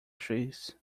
trees